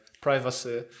privacy